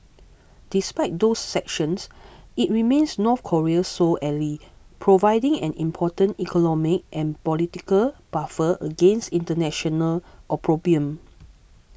despite those sanctions it remains North Korea's sole ally providing an important economic and political buffer against international opprobrium